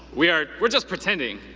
we're we're just pretending.